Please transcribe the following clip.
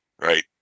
right